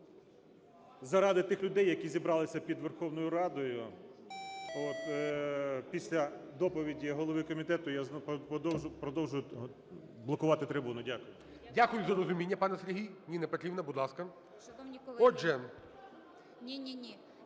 заради тих людей, які зібралися під Верховною Радою. Після доповіді голови комітету я знову продовжу блокувати трибуну. Дякую. ГОЛОВУЮЧИЙ. Дякую за розуміння, пане Сергій. Ніна Петрівна, будь ласка. Отже… 12:50:42